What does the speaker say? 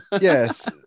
Yes